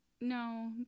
no